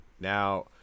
Now